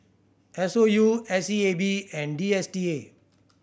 S O U S E A B and D S T A